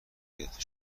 گرفته